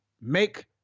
make